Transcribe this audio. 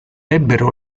ebbero